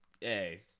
hey